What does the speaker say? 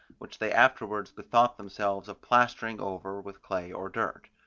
which they afterwards bethought themselves of plastering over with clay or dirt.